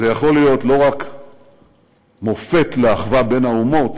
זה יכול להיות לא רק מופת לאחווה בין האומות